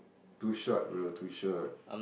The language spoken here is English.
too short bro too short